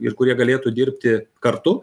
ir kurie galėtų dirbti kartu